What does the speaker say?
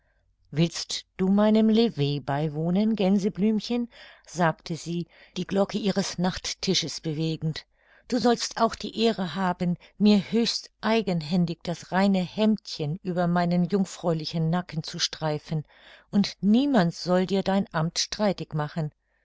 willst du meinem lever beiwohnen gänseblümchen sagte sie die glocke ihres nachttisches bewegend du sollst auch die ehre haben mir höchst eigenhändig das reine hemdchen über meinen jungfräulichen nacken zu streifen und niemand soll dir dein amt streitig machen